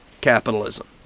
capitalism